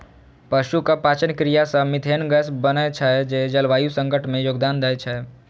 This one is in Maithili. पशुक पाचन क्रिया सं मिथेन गैस बनै छै, जे जलवायु संकट मे योगदान दै छै